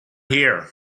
here